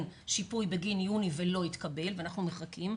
שיפוי בגין יוני ולא התקבל ואנחנו מחכים,